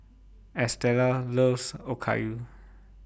Estela loves Okayu